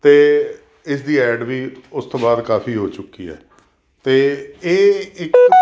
ਅਤੇ ਇਸ ਦੀ ਐਡ ਵੀ ਉਸ ਤੋਂ ਬਾਅਦ ਕਾਫੀ ਹੋ ਚੁੱਕੀ ਹੈ ਅਤੇ ਇਹ ਇੱਕ